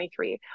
2023